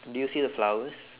did you see the flowers